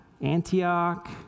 Antioch